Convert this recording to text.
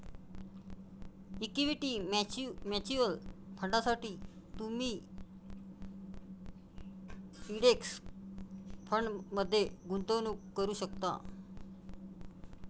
equity mutual फंडांसाठी तुम्ही index फंडमध्ये गुंतवणूक करू शकता